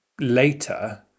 later